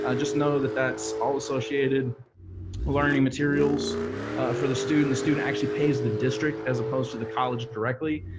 ah just know that that's all associated learning materials for the student. the student actually pays the district as opposed to the college directly,